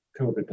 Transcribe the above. COVID